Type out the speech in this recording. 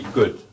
good